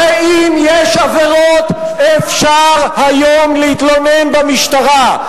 הרי אם יש עבירות אפשר היום להתלונן במשטרה.